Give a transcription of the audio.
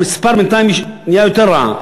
המספר בינתיים נהיה יותר רע,